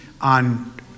on